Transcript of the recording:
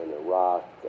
Iraq